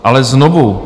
Ale znovu.